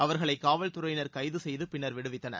அவர்களை காவல்துறையினர் கைது செய்து பின்னர் விடுவித்தனர்